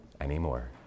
anymore